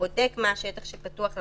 ובודק מה השטח שפתוח לקהל,